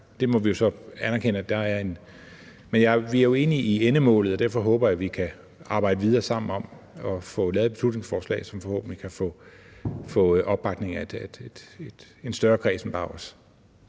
Det må man så anerkende, men vi er jo enige i endemålet, og derfor håber jeg, at vi kan arbejde videre sammen om at få lavet et beslutningsforslag, som forhåbentlig kan få opbakning fra en større kreds end bare os.